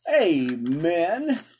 Amen